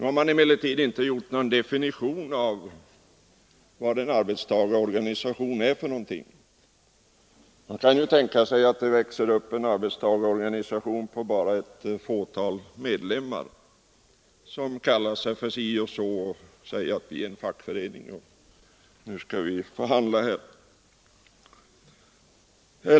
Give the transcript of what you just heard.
Vpk har emellertid inte gjort någon definition av vad en arbetstagarorganisation är — man kan tänka sig att det byggs upp en arbetstagarorganisation med bara ett fåtal medlemmar, som kallar sig för något, säger att den är en fackförening och vill förhandla.